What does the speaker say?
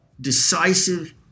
decisive